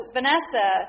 Vanessa